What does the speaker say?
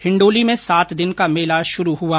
हिण्डौली में सात दिन का मेला शुरू हुआ